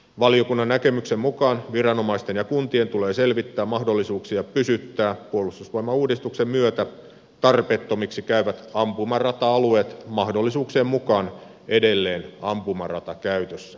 valiokunnan näkemyksen mukaan viranomaisten ja kuntien tulee selvittää mahdollisuuksia pysyttää puolustusvoimauudistuksen myötä tarpeettomiksi käyvät ampumarata alueet mahdollisuuksien mukaan edelleen ampumaratakäytössä